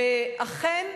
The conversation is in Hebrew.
ואכן,